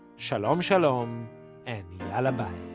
shalom shalom and yalla bye.